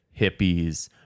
hippies